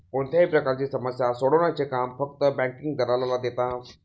कोणत्याही प्रकारची समस्या सोडवण्याचे काम फक्त बँकिंग दलालाला देतात